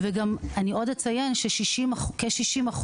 כ-60%,